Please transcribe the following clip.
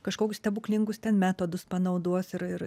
kažkokius stebuklingus ten metodus panaudos ir ir